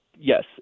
Yes